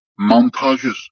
montages